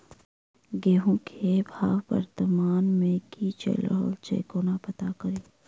गेंहूँ केँ भाव वर्तमान मे की चैल रहल छै कोना पत्ता कड़ी?